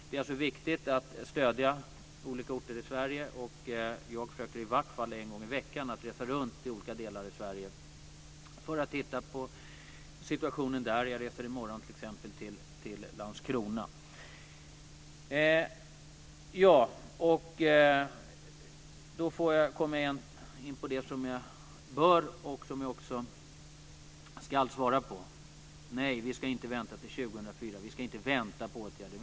Det är alltså viktigt att stödja olika orter i Sverige, och jag försöker att i varje fall en gång i veckan resa runt i olika delar av Sverige för att titta på situationen där. Jag reser i morgon t.ex. till Landskrona. Då får jag komma in på det som jag bör och också ska svara på. Nej, vi ska inte vänta till 2004. Vi ska inte vänta på åtgärder.